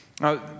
Now